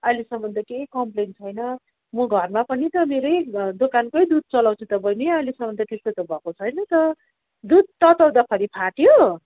ऐलेसम्म त केही कमप्लेन छैन म घरमा पनि त मेरै दोकानकै दुध चलाउँछु त बहिनी अहिलेसम्म त त्यस्तो त भएको छैन त दुध तताउँदाखेरि फाट्यो